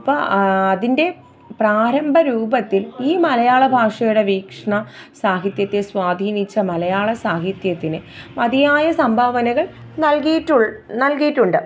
അപ്പോൾ അതിന്റെ പ്രാരംഭ രൂപത്തില് ഈ മലയാള ഭാഷയുടെ വീക്ഷണ സാഹിത്യത്തെ സ്വാധിനിച്ച മലയാള സാഹിത്യത്തിനു മതിയായ സംഭാവനകള് നൽകിയിട്ടുണ്ട് നല്കിയിട്ടുണ്ട്